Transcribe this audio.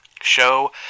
show